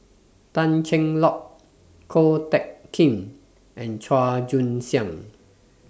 Tan Cheng Lock Ko Teck Kin and Chua Joon Siang